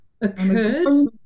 occurred